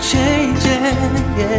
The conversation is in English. changing